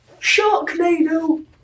Sharknado